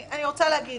אני אגיד